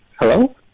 Hello